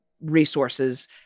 resources